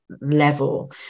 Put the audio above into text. level